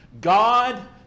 God